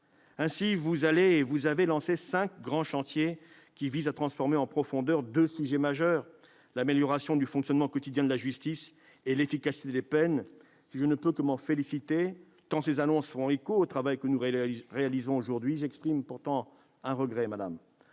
Ainsi, vous allez lancer cinq grands chantiers qui visent à transformer en profondeur deux aspects majeurs de la question qui nous occupe : l'amélioration du fonctionnement quotidien de la justice et l'efficacité des peines. Si je ne peux que m'en féliciter, tant ces annonces font écho au travail que nous réalisons aujourd'hui, j'exprime pourtant un regret.